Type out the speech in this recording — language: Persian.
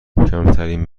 کمترین